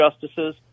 justices